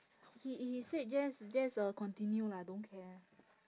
he he said just just uh continue lah don't care